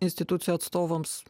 institucijų atstovams